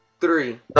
three